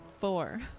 Four